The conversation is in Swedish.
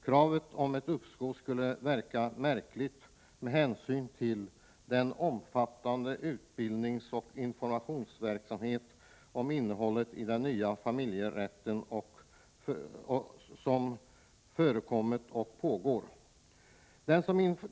Kravet på ett uppskov förefaller märkligt med hänsyn till den omfattande utbildningsoch informationsverksamhet om innehållet i den nya familjerätten som förekommit och som fortfarande pågår.